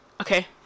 okay